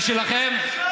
ושלכם?